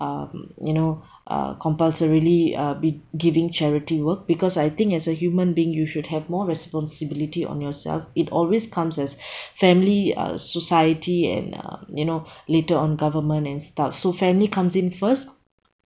um you know uh compulsorily uh be giving charity work because I think as a human being you should have more responsibility on yourself it always comes as family uh society and uh you know later on government and stuff so family comes in first